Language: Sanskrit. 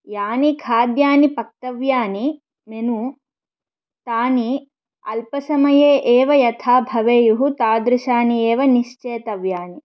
यानि खाद्यानि पक्तव्यानि मेनु तानि अल्पसमये एव यथा भवेयुः तादृशानि एव निश्चेतव्यानि